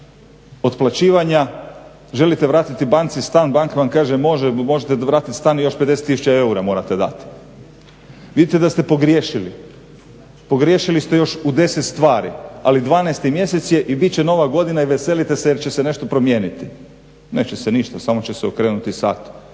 otplaćivanja, želite vratiti banci stan, banka vam kaže može možete vratiti stan i još 50 tisuća eura morate dati. Vidite da ste pogriješili, pogriješili ste još u 10 stvari, ali 12.mjesec je i bit će Nova godina i veselite se jer će se nešto promijeniti. Neće se ništa, samo će se okrenuti sat,